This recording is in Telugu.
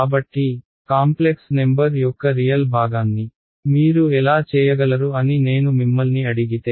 కాబట్టి కాంప్లెక్స్ నెంబర్ యొక్క రియల్ భాగాన్ని మీరు ఎలా చేయగలరు అని నేను మిమ్మల్ని అడిగితే